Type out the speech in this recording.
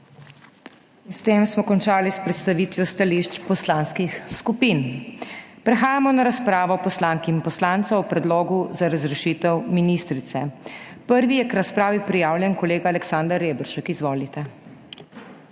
s tem smo končali s predstavitvijo stališč poslanskih skupin. Prehajamo na razpravo poslank in poslancev o predlogu za razrešitev ministrice. Prvi je k razpravi prijavljen kolega Aleksander Reberšek. Izvolite.